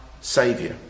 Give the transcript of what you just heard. saviour